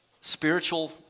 spiritual